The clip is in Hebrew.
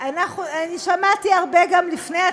למה לא לפני?